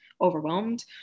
overwhelmed